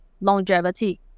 longevity